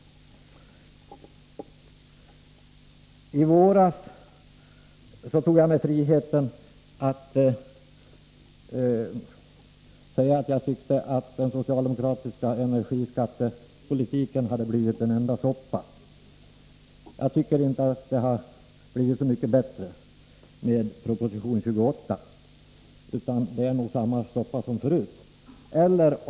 I våras tog jag mig friheten att säga att jag tyckte att den socialdemokratiska energiskattepolitiken hade blivit en enda soppa. Jag tycker inte att det har blivit så mycket bättre med proposition 28, utan det är nog samma soppa som förut.